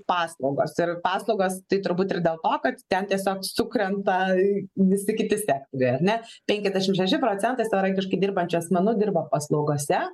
paslaugos ir paslaugos tai turbūt ir dėl to kad ten tiesiog sukrenta visi kiti sektoriai ar ne penkiasdešimt šeši procentai savarankiškai dirbančių asmenų dirba paslaugose